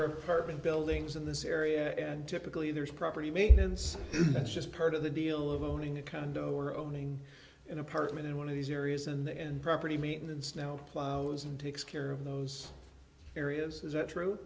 or apartment buildings in this area and typically there's property maintenance that's just part of the deal of owning a condo or owning an apartment in one of these areas in the end property mean and snowplows and takes care of those areas is it true